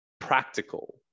practical